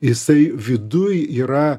jisai viduj yra